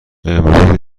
امروز